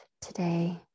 today